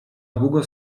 długo